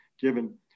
given